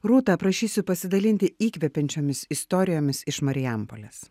rūta prašysiu pasidalinti įkvepiančiomis istorijomis iš marijampolės